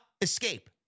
escape